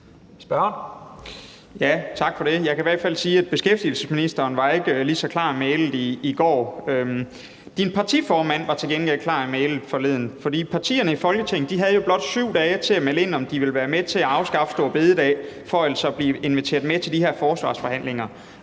Jeg kan i hvert fald sige, at beskæftigelsesministeren ikke var lige så klar i mælet i går. Din partiformand var til gengæld klar i mælet forleden, for partierne i Folketinget havde jo blot 7 dage til at melde ind, om de ville være med til at afskaffe store bededag for altså at blive inviteret med til de her forsvarsforhandlinger.